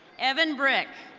evan brick.